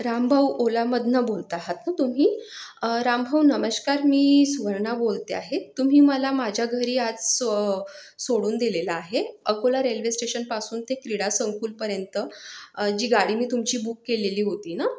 रामभाऊ ओलामधनं बोलत आहात नं तुम्ही रामभाऊ नमस्कार मी सुवर्णा बोलते आहे तुम्ही मला माझ्या घरी आज सो सोडून दिलेलं आहे अकोला रेल्वे स्टेशनपासून ते क्रीडा संकुलपर्यंत जी गाडी मी तुमची बुक केलेली होती नं